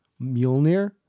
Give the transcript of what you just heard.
Mjolnir